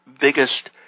biggest